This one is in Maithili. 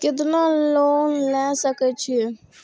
केतना लोन ले सके छीये?